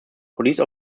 police